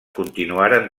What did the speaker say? continuaren